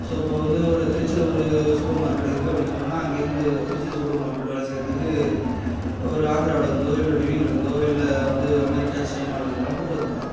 so இப்போ வந்து ஒரு திருச்சியில ஒரு சூப்பர் மார்க்கெட்டு இருக்கு அப்படின்னு சொன்னோன்னா அங்கேருந்து திருச்சியில சூப்பர் மார்க்கெட் வேலை செய்யறதுக்கு ஒரு ஆந்திராவில் இருந்தோ இல்லை டெல்லியில் இருந்தோ இல்லை வந்து அமெரிக்கா சைனாவில் இருந்துலாம் கூப்பிட்டு வர மாட்டாங்க